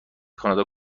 کانادا